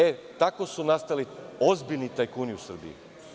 E, tako su nastali ozbiljni tajkuni u Srbiji.